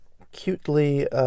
acutely